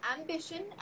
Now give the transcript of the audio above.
ambition